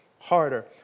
harder